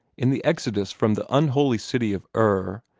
in the exodus from the unholy city of ur,